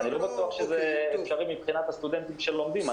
אני לא בטוח שזה אפשרי מבחינת הסטודנטים שלומדים.